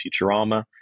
Futurama